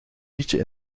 nietje